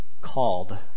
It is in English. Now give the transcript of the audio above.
called